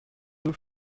deux